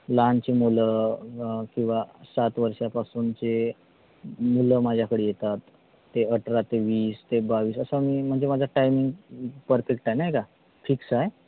लहानची मुलं किंवा सात वर्षापासूनचे मुलं माझ्याकडे येतात ते अठरा ते वीस ते बावीस असा मी म्हणजे माझा टायमिंग परफेक्ट आहे नाही का फिक्स आहे